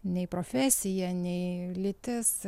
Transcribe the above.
nei profesija nei lytis